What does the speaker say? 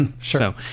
Sure